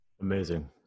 Amazing